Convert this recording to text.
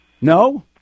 No